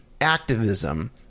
activism